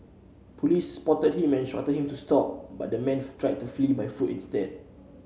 police spotted him and showed him to stop but the man tried to flee by foot instead